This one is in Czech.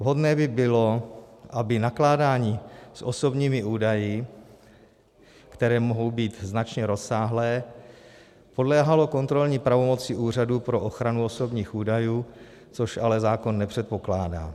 Vhodné by bylo, aby nakládání s osobními údaji, které mohou být značně rozsáhlé, podléhalo kontrolní pravomoci Úřadu pro ochranu osobních údajů, což ale zákon nepředpokládá.